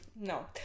no